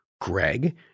Greg